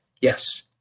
Yes